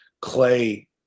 Clay